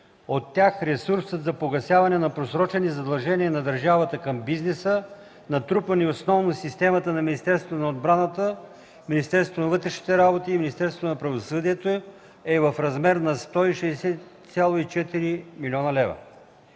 От тях ресурсът за погасяване на просрочени задължения на държавата към бизнеса, натрупани основно в системите на Министерството на отбраната, Министерството на вътрешните работи и Министерството на правосъдието, е в размер на 160,4 млн. лв.